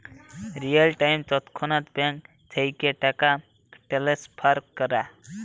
real time তৎক্ষণাৎ bank থ্যাইকে টাকা টেলেসফার ক্যরা